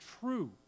true